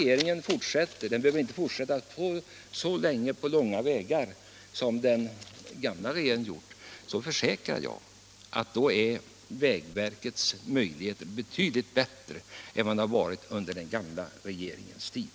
Jag försäkrar herr Hugosson att om den nya regeringen fortsätter är vägverkets möjligheter betydligt bättre än vad de har varit under den gamla regeringens tid.